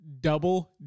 Double